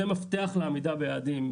וזה מפתח לעמידה ביעדים.